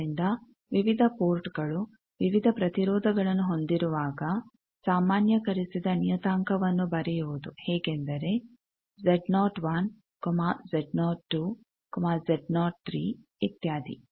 ಆದ್ದರಿಂದ ವಿವಿಧ ಪೋರ್ಟ್ಗಳು ವಿವಿಧ ಪ್ರತಿರೋಧಗಳನ್ನು ಹೊಂದಿರುವಾಗ ಸಾಮಾನ್ಯಕರಿಸಿದ ನಿಯತಾಂಕವನ್ನು ಬರೆಯುವುದು ಹೇಗೆಂದರೆ Z01 Z0 2 Z0 3 ಇತ್ಯಾದಿ